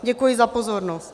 Děkuji za pozornost.